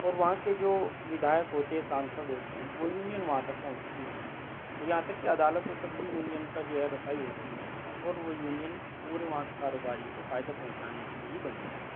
اور وہاں کے جو ودھایک ہوتے ہیں سانسد ہوتے ہیں وہ یونین وہاں تک پہنچتی ہے یہاں تک کہ عدالتوں تک بھی یونین کا جو ہے رسائی ہوتی ہے اور وہ یونین پورے وہاں کے کاروباریوں کو فائدہ پہنچانے کے لیے ہی بنی ہے